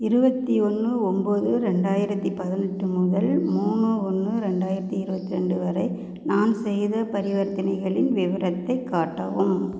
இருபத்தி ஒன்று ஒம்பது ரெண்டாயிரத்து பதினெட்டு முதல் மூணு ஒன்று ரெண்டாயிரத்து இருபத்தி ரெண்டு வரை நான் செய்த பரிவர்த்தனைகளின் விவரத்தை காட்டவும்